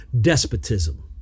despotism